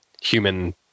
human